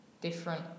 different